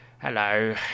hello